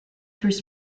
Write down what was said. through